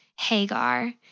Hagar